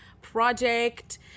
project